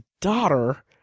daughter